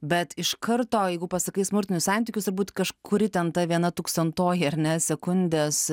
bet iš karto jeigu pasakai smurtinius santykius turbūt kažkuri ten ta viena tūkstantoji ar ne sekundės